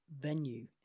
venue